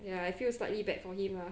ya I feel slightly bad for him lah